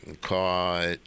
caught